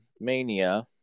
Mania